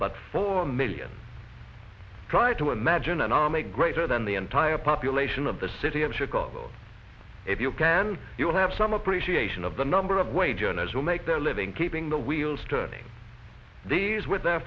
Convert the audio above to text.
but four million try to imagine and make greater than the entire population of the city of chicago if you can you have some appreciation of the number of wage earners who make their living keeping the wheels turning these with their